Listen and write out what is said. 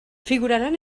figuraran